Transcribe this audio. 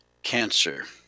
cancer